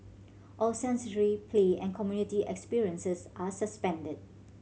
all sensory play and community experiences are suspended